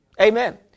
amen